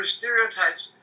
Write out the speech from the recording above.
stereotypes